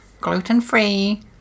gluten-free